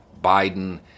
Biden